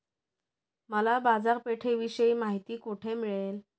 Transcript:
मला बाजारपेठेविषयी माहिती कोठे मिळेल?